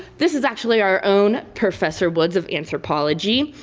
this is actually our own professor woods of anthropology.